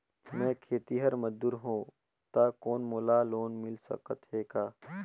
मैं खेतिहर मजदूर हों ता कौन मोला लोन मिल सकत हे का?